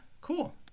cool